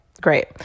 great